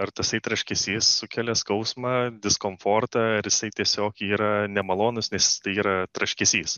ar tasai traškesys sukelia skausmą diskomfortą ar jisai tiesiog yra nemalonus nes tai yra traškesys